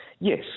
Yes